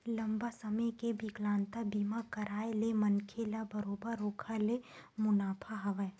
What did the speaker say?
लंबा समे के बिकलांगता बीमा कारय ले मनखे ल बरोबर ओखर ले मुनाफा हवय